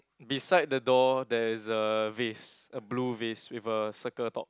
beside the door there is a vase a blue vase with a circle top